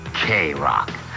K-Rock